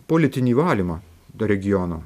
politinį valymą to regiono